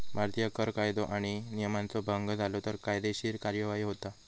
भारतीत कर कायदो आणि नियमांचा भंग झालो तर कायदेशीर कार्यवाही होता